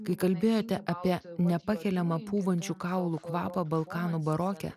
kai kalbėjote apie nepakeliamą pūvančių kaulų kvapą balkanų baroke